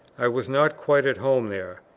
i was not quite at home there.